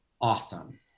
Awesome